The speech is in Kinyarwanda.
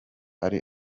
ari